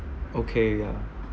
okay ya